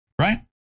right